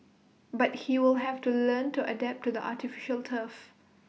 but he will have to learn to adapt to the artificial turf